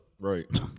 Right